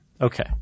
Okay